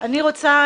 אני רוצה